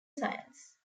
science